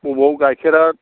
बबेयाव गाइखेरा